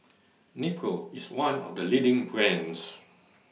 Nepro IS one of The leading brands